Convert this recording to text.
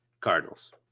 Cardinals